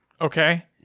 okay